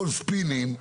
הכול ספינים,